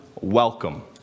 welcome